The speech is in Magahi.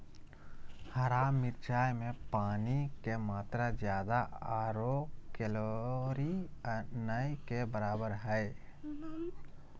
हरा मिरचाय में पानी के मात्रा ज्यादा आरो कैलोरी नय के बराबर हइ